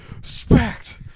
Respect